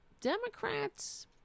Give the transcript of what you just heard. Democrats